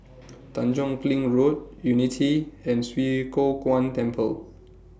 Tanjong Kling Road Unity and Swee Kow Kuan Temple